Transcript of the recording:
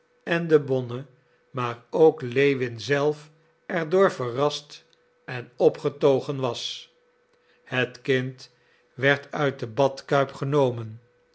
en de bonne maar ook lewin zelf er door verrast en opgetogen was het kind werd uit de badkuip genomen